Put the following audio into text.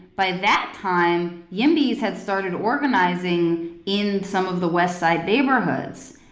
by that time, yimbys had started organizing in some of the westside neighborhoods.